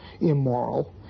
immoral